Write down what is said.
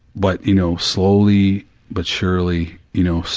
but you know, slowly but surely, you know,